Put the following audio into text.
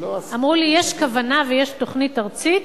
אמרו לי: יש כוונה ויש תוכנית ארצית